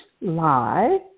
lie